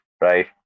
right